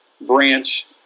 branch